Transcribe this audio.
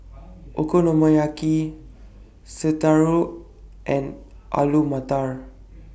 Okonomiyaki Sauerkraut and Alu Matar